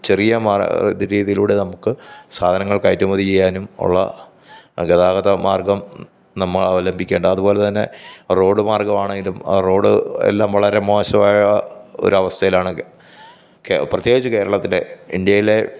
ചെറിയ രീതിയിലൂടെ നമ്മള്ക്ക് സാധനങ്ങൾ കയറ്റുമതി ചെയ്യാനും ഉള്ള ഗതാഗത മാർഗം നമ്മള് അവലംബിക്കേണ്ട അതുപോലെതന്നെ റോഡ് മാർഗമാണെങ്കിലും ആ റോഡ് എല്ലാം വളരെ മോശമായ ഒരവസ്ഥയിലാണ് പ്രത്യേകിച്ച് കേരളത്തിലെ ഇന്ത്യയിലെ